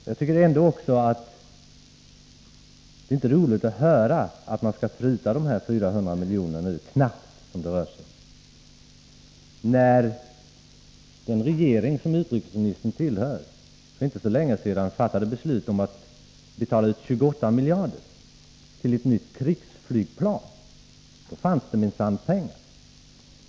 Jag tycker inte att det är roligt att höra att man nu skall pruta de här knappt 400 miljonerna som det rör sig om, när den regering som utrikesministern tillhör för inte länge sedan fattade beslut om att betala ut 28 miljarder till ett nytt krigsflygplan — då fanns det minsann pengar.